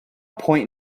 point